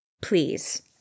please